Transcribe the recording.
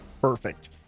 Perfect